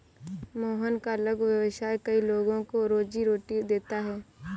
मोहन का लघु व्यवसाय कई लोगों को रोजीरोटी देता है